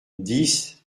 dix